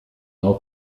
nou